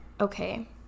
Okay